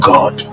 God